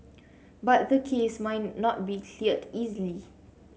but the case might not be cleared easily